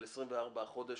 כלומר על 24 חודשים,